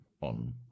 on